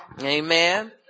Amen